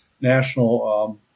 national